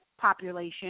population